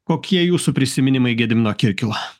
kokie jūsų prisiminimai gedimino kirkilo